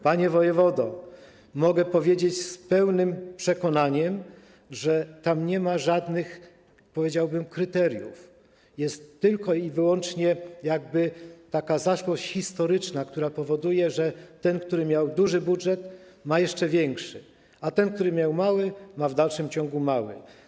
Panie wojewodo, mogę powiedzieć z pełnym przekonaniem, że tam nie ma żadnych kryteriów, jest tylko i wyłącznie zaszłość historyczna, która powoduje, że ten, kto miał duży budżet, ma jeszcze większy, a ten, kto miał mały, ma w dalszym ciągu mały.